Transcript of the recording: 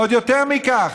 עוד יותר מכך,